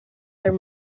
their